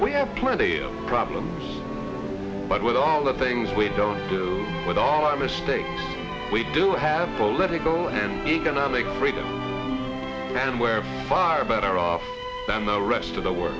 we have plenty of problems but with all the things we don't do with all our mistakes we do have political and economic freedom and where fire better off than the rest of the world